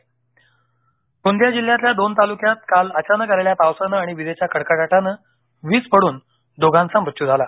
वीज गोंदिया गोंदिया जिल्ह्यातील दोन तालुक्यात काल अचानक आलेल्या पावसाने आणि विजेच्या कडकडाटाने वीज पडून दोघांचा मृत्यू झाला